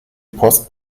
post